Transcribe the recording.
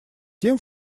тем